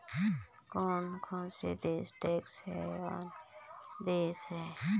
कौन कौन से देश टैक्स हेवन देश हैं?